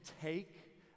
take